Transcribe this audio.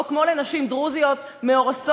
או כמו לנשים דרוזיות מאורסות,